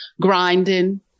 grinding